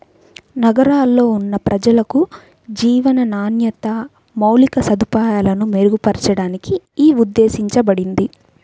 నగరాల్లో ఉన్న ప్రజలకు జీవన నాణ్యత, మౌలిక సదుపాయాలను మెరుగుపరచడానికి యీ ఉద్దేశించబడింది